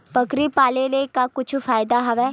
बकरी पाले ले का कुछु फ़ायदा हवय?